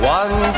one